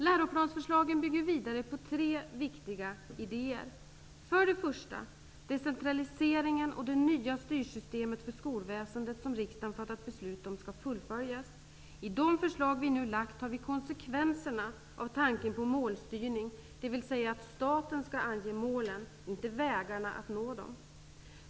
Läroplansförslagen bygger vidare på tre viktiga idéer. För det första: Decentraliseringen och det nya styrsystemet för skolväsendet som riksdagen fattat beslut om skall fullföljas. I de förslag vi nu lagt fram tar vi konsekvenserna av tanken på målstyrning, dvs. att staten skall ange målen, inte vägarna att nå dem.